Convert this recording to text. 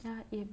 ya eh